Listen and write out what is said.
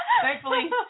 Thankfully